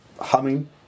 humming